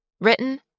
Written